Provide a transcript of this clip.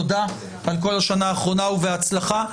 תודה על כל השנה האחרונה ובהצלחה.